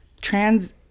trans